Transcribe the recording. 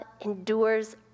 endures